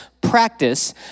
practice